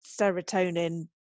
serotonin